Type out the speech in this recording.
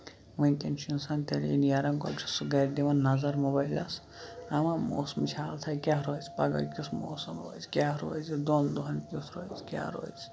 وٕنۍ کین چھُ اِنسان تیٚلی نیران گۄڈٕ چھُ سُہ گرِ دِوان نَظر موبایلَس اما موسمٕچ حالتا کیاہ روزِ پَگہہ کیُتھ موسَم روزِ کیاہ روزِ دون دۄہن کیُتھ روزِ کیاہ روزِ